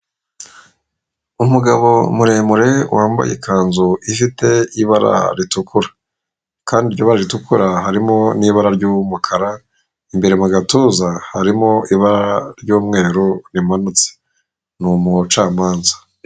Umugabo muremure wambaye ikanzu ifite ibara ritukura, kandi iryo bara ritukura harimo n'ibara ry'umukara; imbere mu gatuza harimo ibara ry'umweru rimanutse, ni umucamanza.